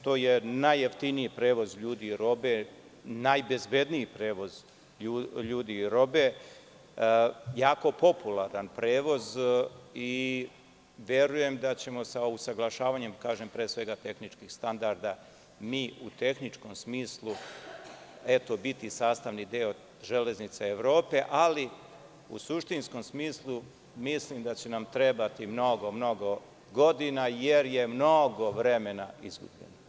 To je najjeftiniji prevoz ljudi i robe, najbezbedniji prevoz ljudi i robe, jako popularan prevoz i verujem da ćemo sa usaglašavanjem pre svega tehničkih standarda, mi u tehničkom smislu biti sastavni deo železnica Evrope, ali u suštinskom smislu mislim da će nam trebati mnogo godina, jer je mnogo vremena izgubljeno.